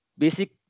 basic